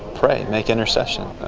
pray. make intercession.